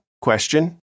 Question